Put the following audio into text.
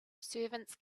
servants